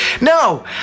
No